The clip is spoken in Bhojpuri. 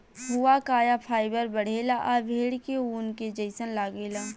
हुआकाया फाइबर बढ़ेला आ भेड़ के ऊन के जइसन लागेला